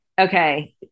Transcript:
Okay